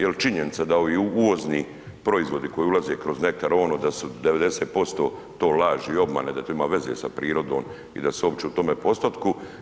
Jel činjenica da ovi uvozni proizvodi koji ulaze kroz …/nerazumljivo/… da su 90% to laži i obmane da to ima veze sa prirodom i da su uopće u tome postotku.